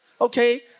Okay